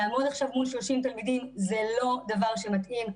לעמוד עכשיו מול 30 תלמידים זה לא דבר שמתאים,